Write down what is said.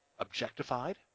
objectified